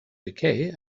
decay